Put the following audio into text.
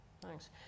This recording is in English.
Thanks